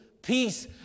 peace